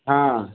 हाँ